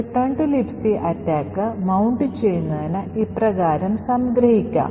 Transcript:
Return to Libc attack mount ചെയ്യുന്നത് ഇപ്രകാരം സംഗ്രഹിക്കാം